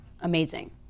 amazing